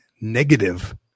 negative